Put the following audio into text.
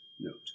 Note